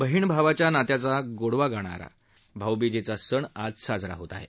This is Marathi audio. बहीण भावाच्या नात्याचा गोडवा वाढवणारा भाऊबीजेचा सण आज साजरा होत आहे